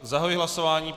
Zahajuji hlasování.